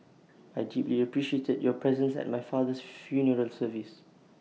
I deeply appreciated your presence at my father's funeral service